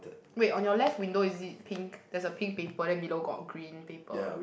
wait on your left window is it pink there is a pink paper then below got a green paper